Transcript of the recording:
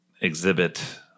exhibit